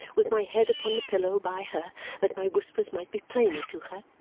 with my head upon the pillow by her that my whispers might be plainer to her,